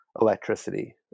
electricity